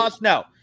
no